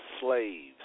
slaves